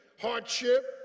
hardship